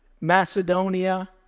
Macedonia